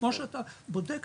כמו שאתה בודק,